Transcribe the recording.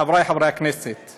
חברי חברי הכנסת,